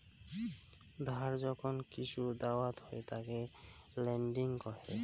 ধার যখন কিসু দাওয়াত হই তাকে লেন্ডিং কহে